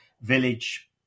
village